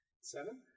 Seven